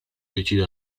decide